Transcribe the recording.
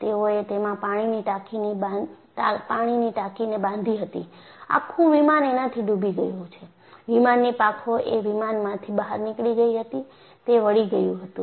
તેઓએ તેમાં પાણીની ટાંકીને બાંધી હતી આખું વિમાન એનાથી ડૂબી ગયું છે વિમાનની પાંખોએ વિમાનમાંથી બહાર નીકળી ગઈ હતી તે વળી ગયું હતું